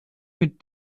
mit